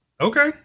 Okay